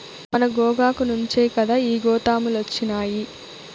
మన గోగాకు నుంచే కదా ఈ గోతాములొచ్చినాయి